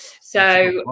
So-